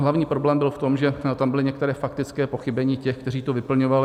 Hlavní problém byl v tom, že tam byla některá faktická pochybení těch, kteří to vyplňovali.